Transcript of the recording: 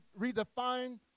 redefine